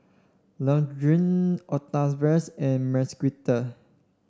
Lourdes Octavius and Marquita